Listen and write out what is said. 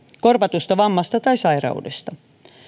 korvatusta vammasta tai sairaudesta